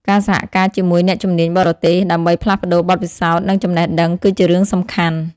ការសហការជាមួយអ្នកជំនាញបរទេសដើម្បីផ្លាស់ប្តូរបទពិសោធន៍និងចំណេះដឹងគឺជារឿងសំខាន់។